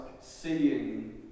seeing